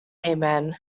amen